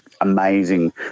amazing